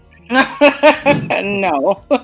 No